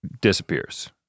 disappears